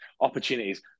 opportunities